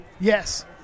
Yes